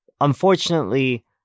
unfortunately